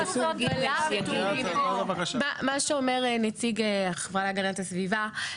גם ביחס לשדה תעופה וגם ביחס --- מה שאומר הנציג החברה להגנת הסביבה.